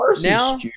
now